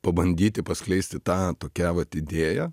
pabandyti paskleisti tą tokią vat idėją